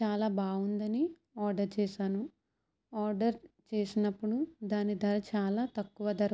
చాలా బాగుందని ఆర్డర్ చేశాను ఆర్డర్ చేసినప్పుడు దాని ధర చాలా తక్కువ ధరకు